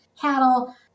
cattle